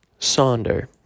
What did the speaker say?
Sonder